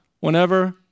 whenever